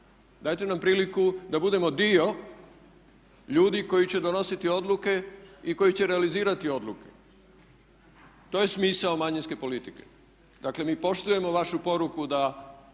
dajte nam priliku da budemo dio ljudi koji će donositi odluke i koji će realizirati odluke. To je smisao manjinske politike. Dakle, mi poštujemo vašu poruku da